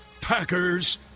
Packers